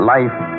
Life